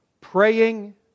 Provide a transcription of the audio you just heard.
praying